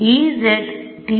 Ez T